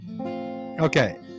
Okay